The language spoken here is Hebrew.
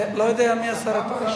אני לא יודע מי השר התורן,